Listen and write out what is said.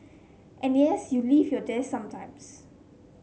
and yes you leave your desk sometimes